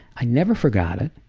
i never forgot it.